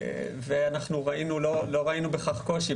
ואנחנו ראינו לא ראינו בכך קושי.